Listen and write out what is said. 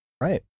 Right